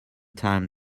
time